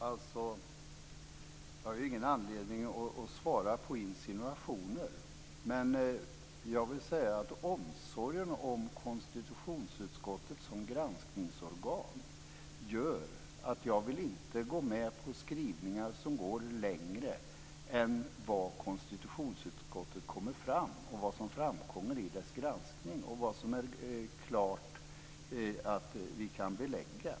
Fru talman! Jag har ingen anledning att svara på insinuationer. Omsorgen om konstitutionsutskottet som granskningsorgan gör att jag inte vill gå med på skrivningar som går längre än vad som framkommer i konstitutionsutskottets granskning och vad vi klart kan belägga.